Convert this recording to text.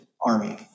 army